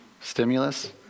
stimulus